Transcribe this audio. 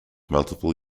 multiple